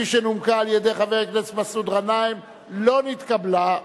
שנומקה על-ידי חבר הכנסת מסעוד גנאים, לא נתקבלה.